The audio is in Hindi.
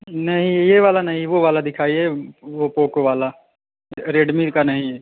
नहीं ये वाला नहीं वो वाला दिखाइए वो पोको वाला रेडमी का नहीं